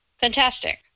Fantastic